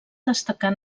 destacar